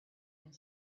and